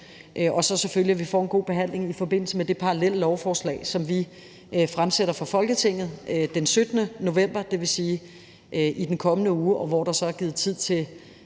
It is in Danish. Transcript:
og så selvfølgelig, at vi får en god behandling i forbindelse med det parallelle lovforslag, som vi fremsætter for Folketinget den 17. november, dvs. i den kommende uge, hvor der så er givet tid til,